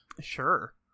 Sure